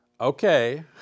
okay